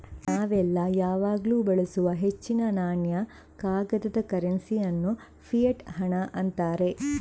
ನಾವೆಲ್ಲ ಯಾವಾಗ್ಲೂ ಬಳಸುವ ಹೆಚ್ಚಿನ ನಾಣ್ಯ, ಕಾಗದದ ಕರೆನ್ಸಿ ಅನ್ನು ಫಿಯಟ್ ಹಣ ಅಂತಾರೆ